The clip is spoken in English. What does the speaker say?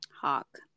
hawk